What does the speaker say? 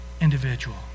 individual